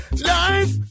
Life